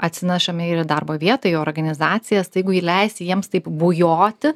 atsinešami ir į darbo vietą į organizacijas tai jeigu leisi jiems taip bujoti